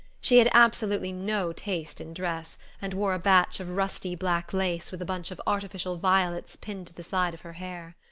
she had absolutely no taste in dress, and wore a batch of rusty black lace with a bunch of artificial violets pinned to the side of her hair.